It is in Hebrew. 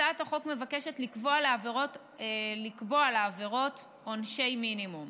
הצעת החוק מבקשת לקבוע לעבירות עונשי מינימום.